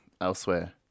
elsewhere